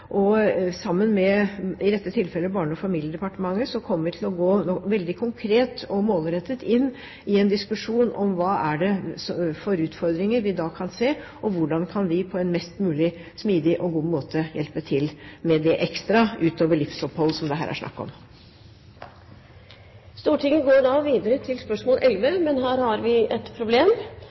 tilfellet barne- og familiedepartementet kommer vi til å gå veldig konkret og målrettet inn i en diskusjon om hvilke utfordringer vi kan se, og hvordan vi på en mest mulig smidig og god måte kan hjelpe til med det ekstra, utover livsopphold, som det her er snakk om. Dette spørsmålet, fra representanten Elisabeth Aspaker til forsknings- og høyere utdanningsministeren, vil bli besvart av kulturministeren som rette vedkommende. Men har vi et problem.